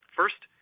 First